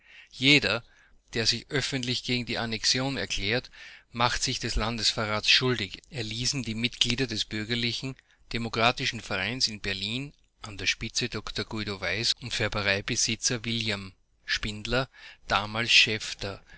jeder der sich öffentlich gegen die annexion erklärt macht sich des landesverrats schuldig erließen die mitglieder des bürgerlichen demokratischen vereins in berlin an der spitze dr guido weiß und färbereibesitzer william spindler damals